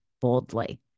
boldly